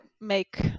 make